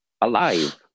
alive